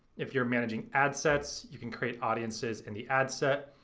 if you're managing ad sets, you can create audiences in the ad set.